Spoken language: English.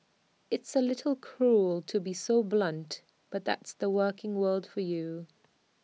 it's A little cruel to be so blunt but that's the working world for you